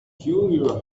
peculiar